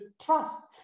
trust